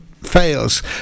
fails